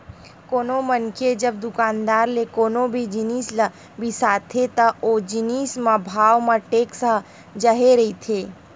कोनो मनखे जब दुकानदार ले कोनो भी जिनिस ल बिसाथे त ओ जिनिस म भाव म टेक्स ह जुड़े रहिथे